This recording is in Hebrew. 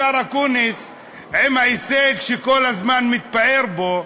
השר אקוניס עם ההישג שהוא כל הזמן מתפאר בו,